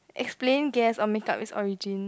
explain guess or make up it's origin